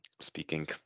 speaking